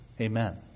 Amen